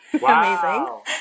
Wow